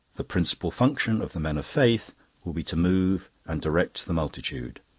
the principal function of the men of faith will be to move and direct the multitude,